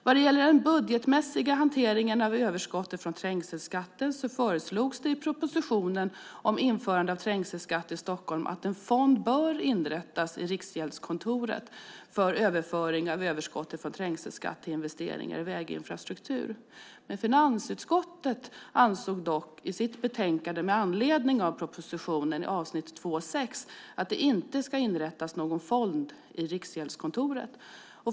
Vad gäller den budgetmässiga hanteringen av överskottet från trängselskatten föreslogs i proposition (2006 07:FiU20 med anledning av propositionen i avsnitt 2.6 att det inte ska inrättas någon fond i Riksgäldskontoret.